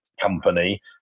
company